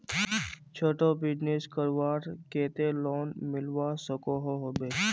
छोटो बिजनेस करवार केते लोन मिलवा सकोहो होबे?